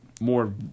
more